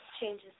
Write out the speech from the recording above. changes